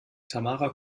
tamara